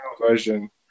version